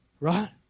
Right